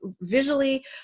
visually